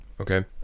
Okay